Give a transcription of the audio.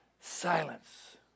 Silence